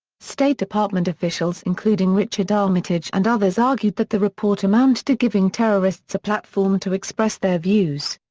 state department officials including richard armitage and others argued that the report amounted to giving terrorists a platform to express their views.